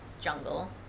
jungle